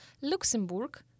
Luxembourg